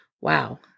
Wow